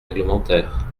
réglementaire